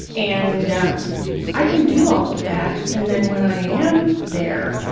and um i can do all of that and then, when i am there,